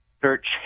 search